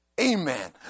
amen